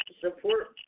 support